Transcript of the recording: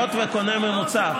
היות שקונה ממוצע, לא.